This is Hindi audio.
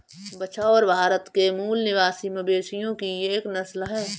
बछौर भारत के मूल निवासी मवेशियों की एक नस्ल है